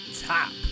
top